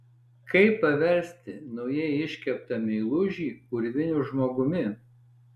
kaip paversti naujai iškeptą meilužį urviniu žmogumi